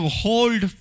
hold